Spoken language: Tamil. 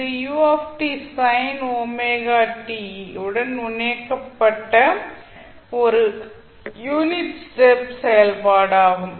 இது ut சைன் ஒமேகா t உடன் இணைக்கப்பட்ட ஒரு யூனிட் ஸ்டெப் செயல்பாடு ஆகும்